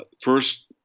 First